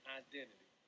identity